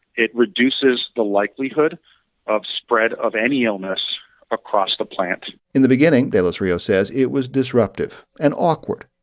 it reduces the likelihood of spread of any illness across the plant in the beginning, de los rios says, it was disruptive and awkward,